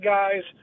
guys